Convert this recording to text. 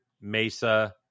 mesa